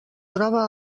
troba